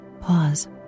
pause